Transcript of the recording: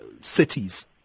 cities